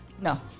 No